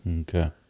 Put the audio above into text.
Okay